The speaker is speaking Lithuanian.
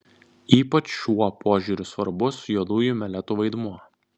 ypač šuo požiūriu svarbus juodųjų meletų vaidmuo